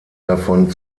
davon